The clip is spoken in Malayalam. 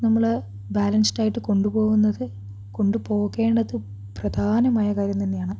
നമ്മൾ ബാലൻസ്ഡ് ആയിട്ടു കൊണ്ടു പോകുന്നത് കൊണ്ടു പോകേണ്ടതും പ്രധാനമായ കാര്യം തന്നെയാണ്